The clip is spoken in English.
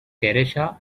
teresa